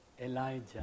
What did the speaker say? Elijah